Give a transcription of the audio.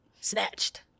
Snatched